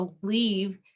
believe